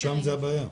ושם זאת הבעיה.